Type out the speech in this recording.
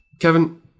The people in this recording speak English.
kevin